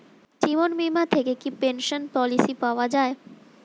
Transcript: জীবন বীমা থেকে কি পেনশন পলিসি পাওয়া যায়?